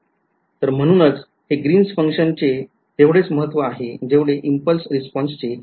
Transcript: तर म्हणूनच हे ग्रीनस फंक्शनचे चे तेवढेच महत्त्व आहे जेवढे इम्पल्स रिस्पॉन्सचे LTI मध्ये आहे